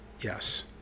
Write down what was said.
Yes